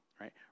right